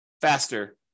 faster